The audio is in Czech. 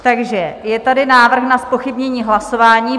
Takže je tady návrh na zpochybnění hlasování.